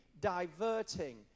diverting